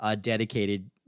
dedicated